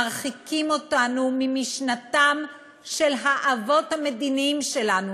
מרחיקים אותנו ממשנתם של האבות המדיניים שלנו,